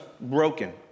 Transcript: broken